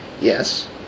Yes